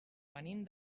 venim